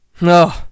no